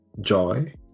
joy